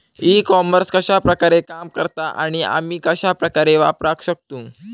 E commerce कश्या प्रकारे काम करता आणि आमी कश्या प्रकारे वापराक शकतू?